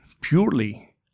purely